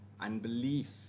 unbelief